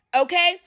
okay